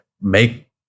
make